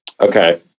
Okay